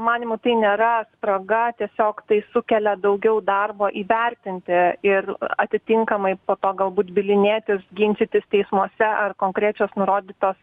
manymu tai nėra spraga tiesiog tai sukelia daugiau darbo įvertinti ir atitinkamai po to galbūt bylinėtis ginčytis teismuose ar konkrečios nurodytos